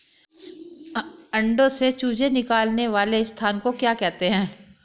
अंडों से चूजे निकलने वाले स्थान को क्या कहते हैं?